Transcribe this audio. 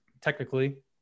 technically